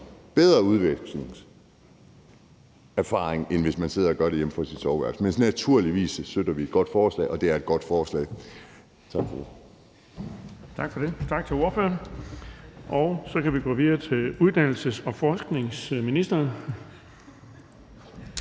bedre udvekslingserfaring, end hvis man sidder og gør det hjemme fra sit soveværelse. Men naturligvis støtter vi et godt forslag, og det er et godt forslag. Tak for ordet. Kl. 14:09 Den fg. formand (Erling Bonnesen): Tak for det.